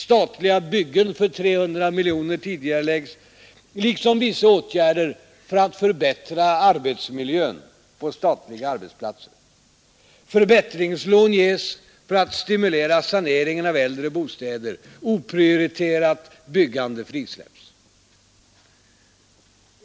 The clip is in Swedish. Statliga byggen för 300 miljoner kronor tidigareläggs, liksom vissa åtgärder för att förbättra arbetsmiljön på statliga arbetsplatser. Förbättringslån ges för att stimulera saneringen av äldre bostäder. Oprioriterat byggande frisläpps.